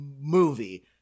movie